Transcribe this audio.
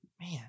man